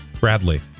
Bradley